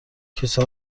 کیسه